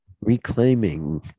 reclaiming